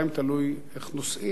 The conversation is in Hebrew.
תלוי איך נוסעים,